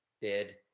bid